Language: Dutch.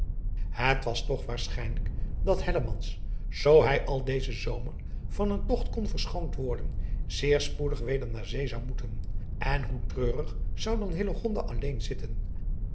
et was toch waarschijnlijk dat zoo hij al dezen zomer van een togt kon verschoond worden zeer spoedig weder naar zee zou moeten en hoe treurig zou dan alleen zitten